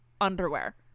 underwear